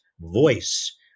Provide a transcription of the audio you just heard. voice